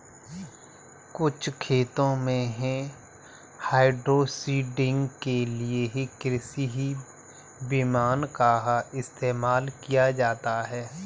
कुछ खेतों में हाइड्रोसीडिंग के लिए कृषि विमान का इस्तेमाल किया जाता है